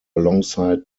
alongside